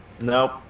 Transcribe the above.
Nope